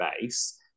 base